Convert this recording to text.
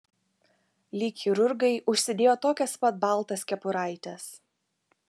lyg chirurgai užsidėjo tokias pat baltas kepuraites